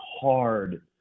hard